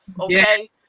Okay